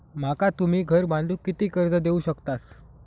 माका तुम्ही घर बांधूक किती कर्ज देवू शकतास?